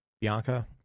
Bianca